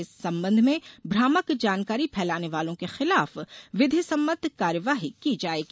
इस सम्बंध में भ्रामक जानकारी फैलाने वालों के खिलाफ विधिसम्मत कार्यवाही की जाएगी